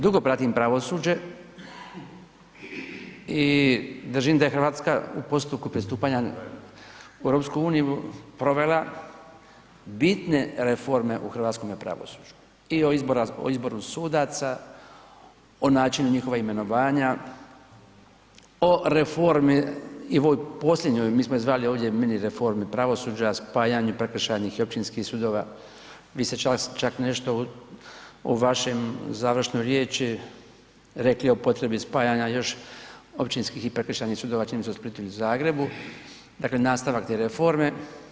Dugo pratim pravosuđe i držim da je Hrvatska u postupku pristupanja u EU provela bitne reforme u hrvatskome pravosuđu, i o izboru sudaca, o načinu njihova imenovanja, o reformi posljednjoj, mi smo je zvali ovdje mini reformi pravosuđa, spajanju prekršajnih i općinskih sudova, vi ste čak nešto u vašoj završnoj riječi rekli o potrebi spajanja još općinskih i prekršajnih sudova, čini mi se u Splitu i Zagrebu, dakle nastavak te reforme.